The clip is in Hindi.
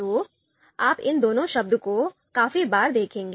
तो आप इन दोनों शब्दों को काफी बार देखेंगे